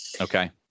Okay